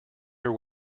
your